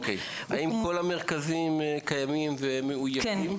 האם כל המרכזים קיימים ומאוישים?